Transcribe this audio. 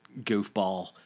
goofball